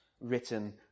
written